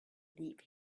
leave